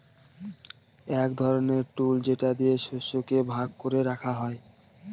এক ধরনের টুল যেটা দিয়ে শস্যকে ভাগ করে রাখা হয়